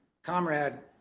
Comrade